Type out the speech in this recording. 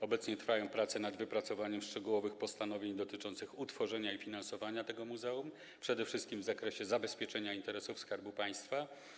Obecnie trwają prace nad wypracowaniem szczegółowych postanowień dotyczących utworzenia i finansowania tego muzeum, przede wszystkim w zakresie zabezpieczenia interesów Skarbu Państwa.